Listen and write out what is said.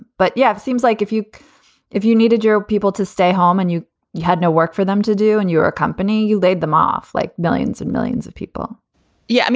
but yeah, it seems like if you if you needed your people to stay home and you you had no work for them to do and you're a company, you laid them off like millions and millions of people yeah. i mean,